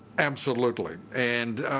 absolutely. and